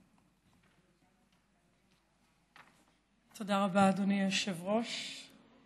תודה רבה, אדוני היושב-ראש.